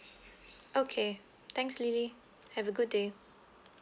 okay thanks lily have a good day